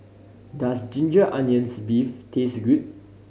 does ginger onions beef taste good